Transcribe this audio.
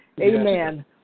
Amen